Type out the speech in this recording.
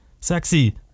Sexy